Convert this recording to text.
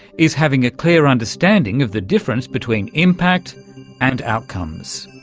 is having a clear understanding of the difference between impact and outcomes.